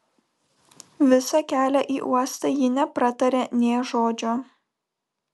visą kelią į uostą ji nepratarė nė žodžio